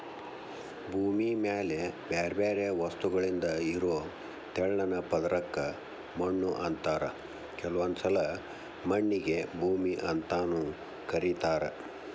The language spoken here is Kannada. ಭೂಮಿ ಮ್ಯಾಲೆ ಬ್ಯಾರ್ಬ್ಯಾರೇ ವಸ್ತುಗಳಿಂದ ಇರೋ ತೆಳ್ಳನ ಪದರಕ್ಕ ಮಣ್ಣು ಅಂತಾರ ಕೆಲವೊಂದ್ಸಲ ಮಣ್ಣಿಗೆ ಭೂಮಿ ಅಂತಾನೂ ಕರೇತಾರ